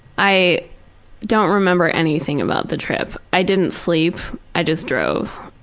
i don't remember anything about the trip. i didn't sleep, i just drove.